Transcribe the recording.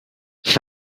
that